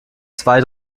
zwei